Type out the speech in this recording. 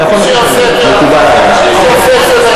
אתה יכול לבקש לוועדה.